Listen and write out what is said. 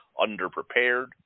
underprepared